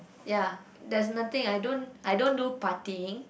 ya there's nothing I don't I don't do partying